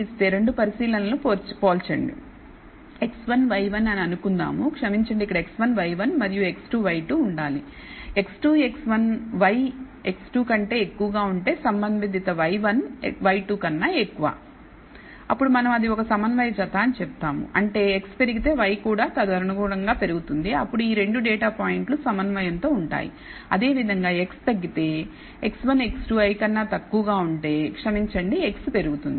2 పరిశీలనలను పోల్చండి x1 y1 అని అనుకుందాం క్షమించండి ఇక్కడ x1 y1 మరియు x2 y2 ఉండాలి x2 x1 y x2 కంటే ఎక్కువగా ఉంటే సంబంధిత y1 y2 కన్నా ఎక్కువ అప్పుడు మనం అది ఒక సమన్వయ జత అని చెప్తాము అంటే x పెరిగితే y కూడా తదనుగుణంగా పెరుగుతుంది అప్పుడు ఈ 2 డేటా పాయింట్లు సమన్వయంతో ఉంటాయి అదేవిధంగా x తగ్గితే x1 x2 i కన్నా తక్కువ ఉంటే క్షమించండి x పెరుగుతోంది